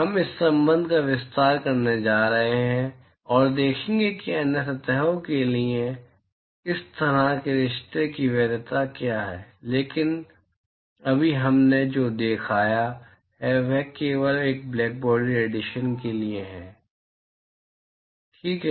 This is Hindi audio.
हम इस संबंध का विस्तार करने जा रहे हैं और देखेंगे कि अन्य सतहों के लिए इस तरह के रिश्ते की वैधता क्या है लेकिन अभी हमने जो दिखाया है वह केवल एक ब्लैकबॉडी रेडिएशन के लिए है ठीक है